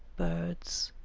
birds,